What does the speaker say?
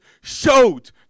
showed